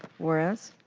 juarez.